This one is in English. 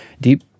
deep